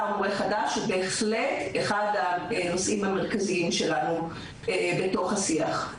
למורה חדש הוא בהחלט אחד הנושאים המרכזיים שלנו בתוך השיח.